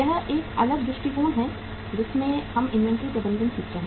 यह एक अलग दृष्टिकोण है जिसमें हम इन्वेंट्री प्रबंधन सीखते हैं